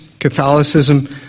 Catholicism